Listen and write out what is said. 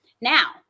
Now